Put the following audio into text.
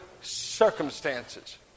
circumstances